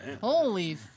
Holy